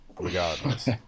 regardless